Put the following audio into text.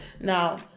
Now